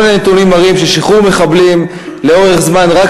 כל הנתונים מראים ששחרור מחבלים לאורך זמן רק